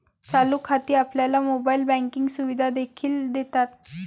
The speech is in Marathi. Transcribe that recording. चालू खाती आपल्याला मोबाइल बँकिंग सुविधा देखील देतात